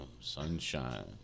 sunshine